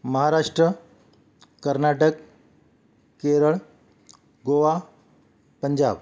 Maharashtra Karnataka Kerala Goa Punjab